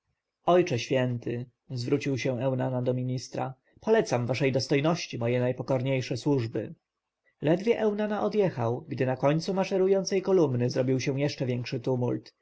ojcze święty zwrócił się eunana do ministra polecam waszej dostojności moje najpokorniejsze służby ledwie eunana odjechał gdy na końcu maszerującej kolumny zrobił się jeszcze większy tumult